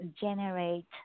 generate